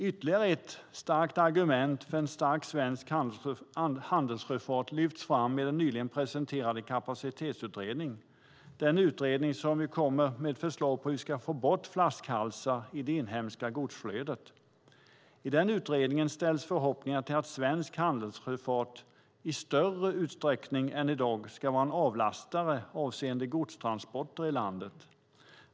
Ytterligare ett starkt argument för en stark svensk handelssjöfart lyfts fram i den nyligen presenterade Kapacitetsutredningen - den utredning där vi kommer med förslag om hur vi ska få bort flaskhalsar i det inhemska godsflödet. I den här utredningen knyts förhoppningar till att svensk handelssjöfart i större utsträckning än i dag ska vara en avlastare avseende godstransporter i landet.